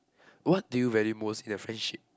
what do you value most in a friendship